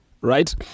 right